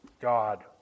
God